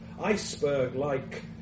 iceberg-like